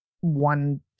one